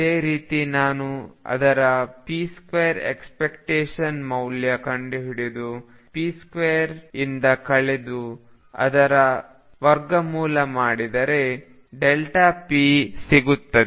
ಇದೇ ರೀತಿ ನಾನು ಅದರ p2ಎಕ್ಸ್ಪೆಕ್ಟೇಶನ್ ಮೌಲ್ಯ ಕಂಡುಹಿಡಿದು ⟨p⟩2 ಇಂದ ಕಳೆದು ಅದರ ವರ್ಗಮೂಲ ಮಾಡಿದರೆ p ಸಿಗುತ್ತದೆ